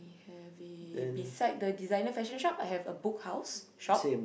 have a beside the designer fashion shop I have a Book House shop